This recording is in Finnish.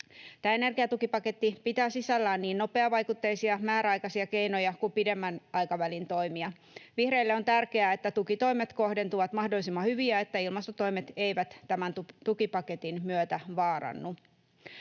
Tämä energiatukipaketti pitää sisällään niin nopeavaikutteisia, määräaikaisia keinoja kuin pidemmän aikavälin toimia. Vihreille on tärkeää, että tukitoimet kohdentuvat mahdollisimman hyvin ja että ilmastotoimet eivät tämän tukipaketin myötä vaarannu.